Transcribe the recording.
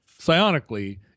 psionically